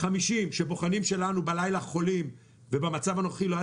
50 שבוחנים שלנו בלילה חולים ובמצב הנוכחים לא היה